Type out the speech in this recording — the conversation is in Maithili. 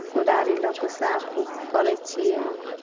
कोदारि लऽ कऽ साफ उफ करै छियै